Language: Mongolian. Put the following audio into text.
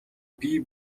бие